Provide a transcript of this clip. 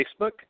Facebook